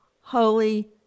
holy